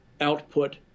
output